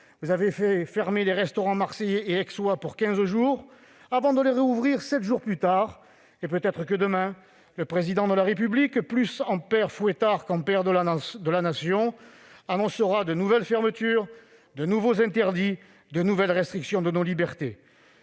vous avez fait fermer les restaurants marseillais et aixois pour quinze jours, avant de les rouvrir sept jours plus tard. Peut-être que, demain, le Président de la République, davantage en père Fouettard qu'en père de la Nation, annoncera de nouvelles fermetures, de nouveaux interdits et de nouvelles restrictions de nos libertés.